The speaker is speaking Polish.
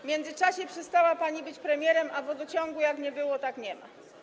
W międzyczasie przestała pani być premierem, a wodociągu jak nie było, tak nie ma.